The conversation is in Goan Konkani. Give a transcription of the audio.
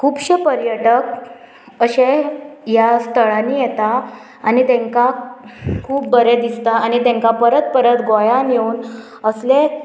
खुबशे पर्यटक अशे ह्या स्थळांनी येता आनी तेंकां खूब बरें दिसता आनी तेंकां परत परत गोंयान येवन असले